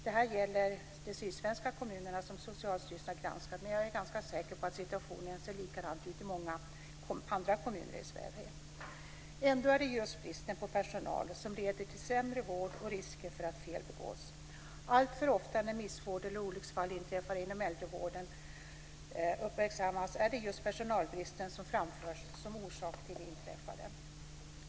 Det här gäller de sydsvenska kommuner som Socialstyrelsen har granskat, men jag är ganska säker på att situationen ser likadan ut i många andra kommuner i Sverige. Ändå är det just bristen på personal som leder till sämre vård och risker för att fel begås. Alltför ofta när missvård eller olycksfall inträffar inom äldrevården - och uppmärksammas - är det just personalbristen som framförs som orsak till det inträffade.